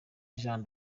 jean